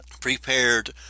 prepared